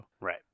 Right